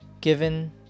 given